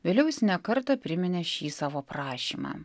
vėliau jis ne kartą priminė šį savo prašymą